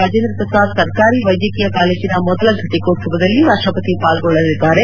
ರಾಜೇಂದ್ರ ಪ್ರಸಾದ್ ಸರ್ಕಾರಿ ವೈದ್ಯಕೀಯ ಕಾಲೇಜಿನ ಮೊದಲ ಫೆಟಿಕೋತ್ಸವದಲ್ಲಿ ರಾಷ್ಟ ಪತಿ ಪಾಲ್ಗೊಳ್ಳಲಿದ್ದಾರೆ